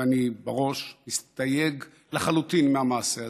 ואני בראש, מסתייג לחלוטין מהמעשה הזה,